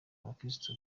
bakirisitu